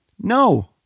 No